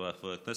חבריי חברי הכנסת,